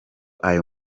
ayo